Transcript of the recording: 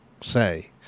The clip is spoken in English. say